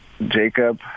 Jacob